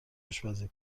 آشپزی